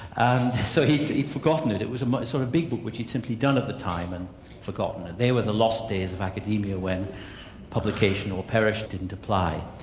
and so he'd forgotten it, it was a sort of big book which he'd simply done at the time and forgotten. they were the lost days of academia when publication or perish didn't apply.